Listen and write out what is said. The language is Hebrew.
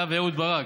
אתה ואהוד ברק.